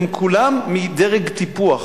הן כולם במדרג טיפוח,